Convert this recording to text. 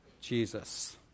Jesus